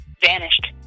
vanished